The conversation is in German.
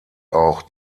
auch